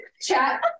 chat